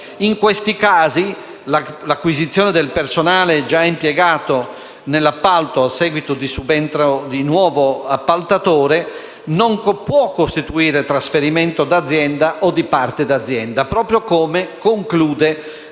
In questi casi l'acquisizione del personale già impiegato nell'appalto a seguito di subentro di nuovo appaltatore non può costituire trasferimento d'azienda o di parte d'azienda, proprio come conclude la